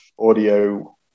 audio